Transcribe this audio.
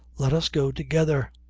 let us go together.